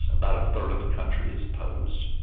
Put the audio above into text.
about a third of the country is opposed.